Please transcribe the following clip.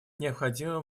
необходимым